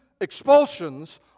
expulsions